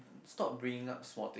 stop bringing up small thing